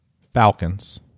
falcons